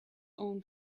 own